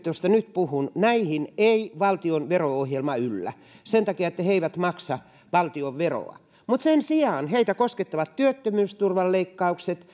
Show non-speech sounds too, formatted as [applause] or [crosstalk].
[unintelligible] joista nyt puhun ei valtion vero ohjelma yllä sen takia että he he eivät maksa valtionveroa mutta sen sijaan heitä koskettavat työttömyysturvan leikkaukset [unintelligible]